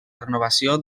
renovació